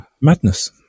madness